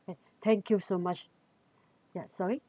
thank you so much yeah sorry